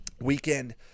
weekend